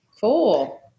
Cool